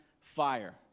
fire